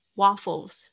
waffles